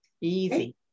Easy